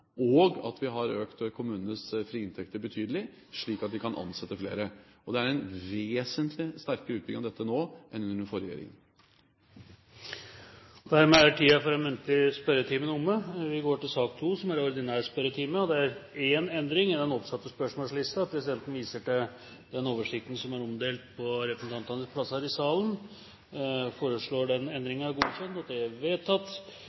kommunenes inntekter betydelig, slik at de kan ansette flere. Det er en vesentlig sterkere utbygging av dette nå enn under den forrige regjeringen. Den muntlige spørretimen er omme. Det er én endring i den oppsatte spørsmålslisten, og presidenten viser i den sammenheng til den oversikten som er omdelt på representantenes plasser i salen. Den foreslåtte endringen i dagens spørretime foreslås godkjent. – Det anses vedtatt.